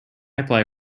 apply